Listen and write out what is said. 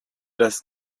das